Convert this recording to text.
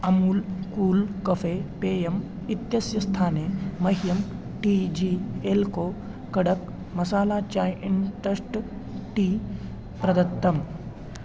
Amul cool cafe पेयम् इत्यस्य स्थाने मह्यं टी जी एल् को कडक् मसाला चाय् इन्टस्ट् टी प्रदत्तम्